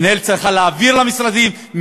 מינהלת צריכה להעביר למשרדים,